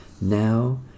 now